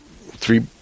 three